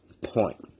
point